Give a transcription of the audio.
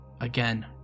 again